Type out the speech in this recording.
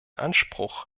anspruch